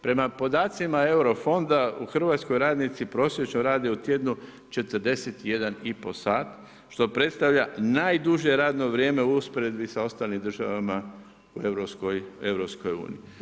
Prema podacima Eurofonda u Hrvatskoj radnici prosječno rade u tjedno 41,5 sat, što predstavlja najduže radno vrijeme u usporedbi sa ostalim državama u EU.